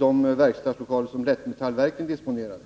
de verkstadslokaler som Lättmetallverken disponerar.